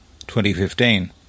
2015